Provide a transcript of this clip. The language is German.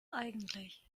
eigentlich